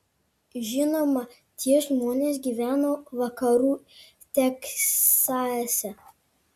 žinoma tie žmonės gyveno vakarų teksase